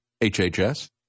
HHS